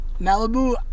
Malibu